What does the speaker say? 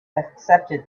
accepted